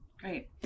Great